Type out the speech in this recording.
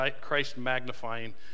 Christ-magnifying